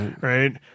right